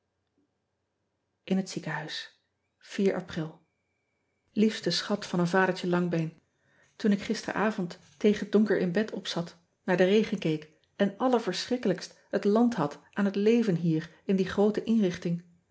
n het iekenhuis pril iefste schat van een adertje angbeen oen ik gisteravond tegen donker in bed opzat naar den regen keek en allerverschrikkelijkst het land had aan het leven hier in die groote inrichting